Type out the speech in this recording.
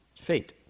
Fate